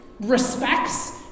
respects